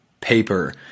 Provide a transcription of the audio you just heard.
paper